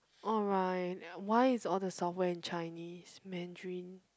alright why is all the software in Chinese Mandarin